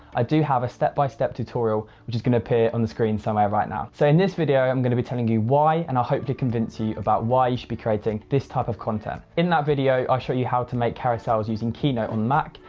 i do have a step by step tutorial, which is going to appear on the screen somewhere right now. so in this video i'm going to be telling you why, and i hope to convince you about why, you should be creating this type of content. in that video, i show you how to make carousels using keynote on mac,